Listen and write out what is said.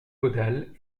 caudales